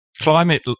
climate